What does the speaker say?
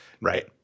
Right